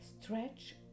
Stretch